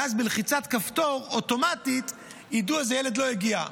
ואז בלחיצת כפתור אוטומטית ידעו איזה ילד לא הגיע.